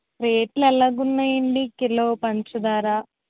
రేట్లు ఎలాగున్నాయండి కిలో పంచదార